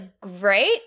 great